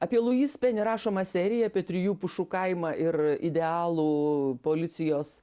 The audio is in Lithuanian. apie luis peni rašomą seriją apie trijų pušų kaimą ir idealų policijos